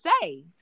say